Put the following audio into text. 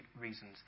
reasons